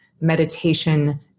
meditation